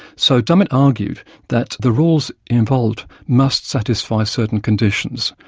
so dummett argued that the rules involved must satisfy certain conditions.